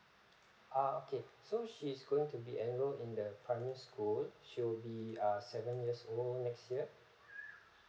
ah okay so she is going to be enrolled in the primary school she will be ah seven years old next year